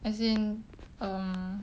as in err